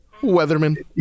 Weatherman